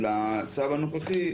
של הצו הנוכחי,